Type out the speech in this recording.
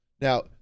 Now